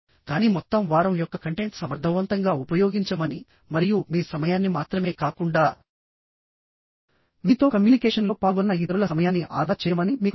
కానీ మొత్తం వారం యొక్క కంటెంట్ సమర్థవంతంగా ఉపయోగించమని మరియు మీ సమయాన్ని మాత్రమే కాకుండా మీతో కమ్యూనికేషన్లో పాల్గొన్న ఇతరుల సమయాన్ని ఆదా చేయమని మీకు చెప్పడం